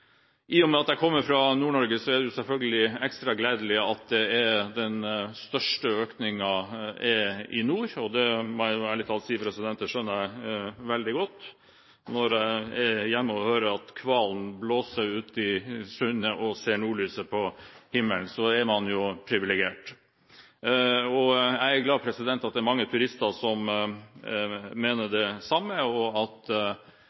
I og med at jeg kommer fra Nord-Norge, er det selvfølgelig ekstra gledelig at den største økningen er i nord, og det må jeg ærlig talt si at jeg skjønner veldig godt. Når man er hjemme og hører hvalen blåse ute i sundet og ser nordlyset på himmelen, er man jo privilegert. Jeg er glad for at det er mange turister som mener det samme, og at